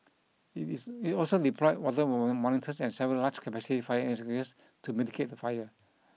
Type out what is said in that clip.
it is it also deployed water or monitors and several large capacity fire extinguishers to mitigate the fire